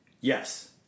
Yes